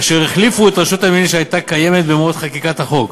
אשר החליפו את רשות הנמלים שהייתה קיימת במועד חקיקת החוק.